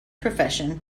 profession